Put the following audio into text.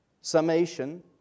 summation